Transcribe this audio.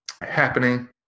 happening